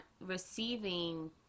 receiving